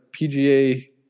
PGA